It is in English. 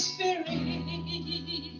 Spirit